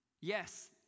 Yes